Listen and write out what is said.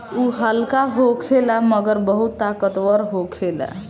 उ हल्का होखेला मगर बहुत ताकतवर होखेला